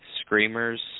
Screamers